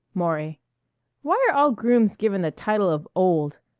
maury why are all grooms given the title of old?